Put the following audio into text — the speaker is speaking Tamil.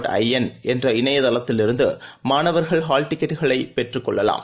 கேஉை என்ற இணையதளத்திலிருந்துமாணவர்கள் ஹால் டிக்கெட்டுகளைபெற்றுக் கொள்ளலாம்